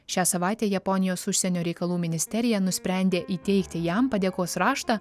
šią savaitę japonijos užsienio reikalų ministerija nusprendė įteikti jam padėkos raštą